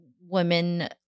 women